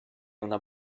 una